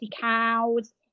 cows